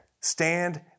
stand